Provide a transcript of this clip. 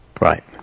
Right